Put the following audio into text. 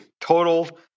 Total